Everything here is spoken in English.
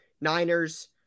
Niners